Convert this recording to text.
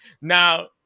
Now